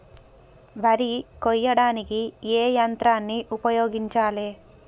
వరి కొయ్యడానికి ఏ యంత్రాన్ని ఉపయోగించాలే?